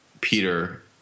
Peter